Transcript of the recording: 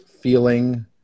feeling